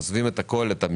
עוזבים את המשפחות,